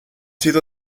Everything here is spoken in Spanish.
sido